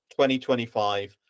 2025